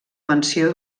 menció